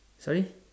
sorry